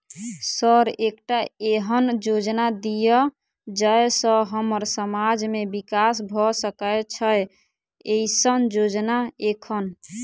Sir एकटा एहन योजना दिय जै सऽ हम्मर समाज मे विकास भऽ सकै छैय एईसन योजना एखन?